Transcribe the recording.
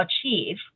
achieve